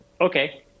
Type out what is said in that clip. Okay